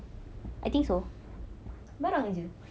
sembarang jer